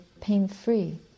pain-free